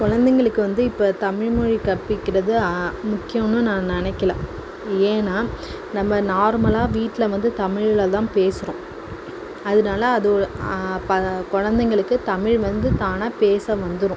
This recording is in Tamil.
குழந்தைங்களுக்கு வந்து இப்போ தமிழ் மொழி கற்பிக்கிறது முக்கியம்ன்னு நான் நினக்கல ஏன்னால் நம்ம நார்மலாக வீட்டில் வந்து தமிழில் தான் பேசுகிறோம் அதனால அது ப குழந்தைங்களுக்கு தமிழ் வந்து தானாக பேச வந்துடும்